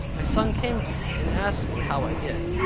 my son came to me, and asked me how i did.